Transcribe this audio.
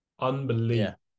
unbelievable